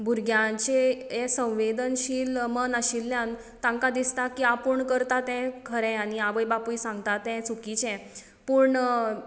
भुरग्यांचे हे संवेदनशील मन आशिल्ल्यान तांकां दिसता की आपूण करता तें खरें आनी आवय बापूय सांगता ते चुकीचें पूण